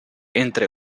entre